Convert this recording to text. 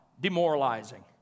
demoralizing